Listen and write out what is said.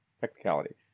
technicality